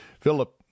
Philip